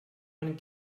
man